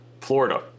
Florida